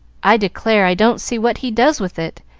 i declare i don't see what he does with it!